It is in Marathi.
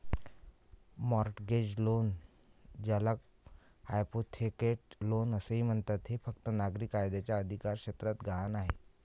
मॉर्टगेज लोन, ज्याला हायपोथेकेट लोन असेही म्हणतात, हे फक्त नागरी कायद्याच्या अधिकारक्षेत्रात गहाण आहे